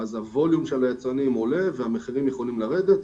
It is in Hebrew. אז הווליום של היצרנים עולה והמחירים יכולים לרדת.